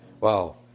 Wow